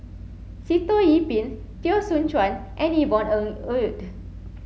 Sitoh Yih Pin Teo Soon Chuan and Yvonne Ng Uhde